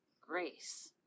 grace